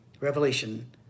Revelation